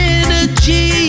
energy